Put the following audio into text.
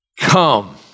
Come